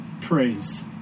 praise